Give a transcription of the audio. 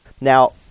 Now